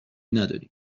نداریم